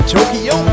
Tokyo